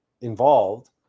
involved